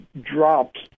drops